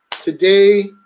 Today